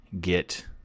get